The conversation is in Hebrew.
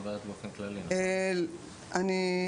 שיש היום בחוק לעניינים אחרים.